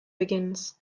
begins